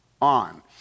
on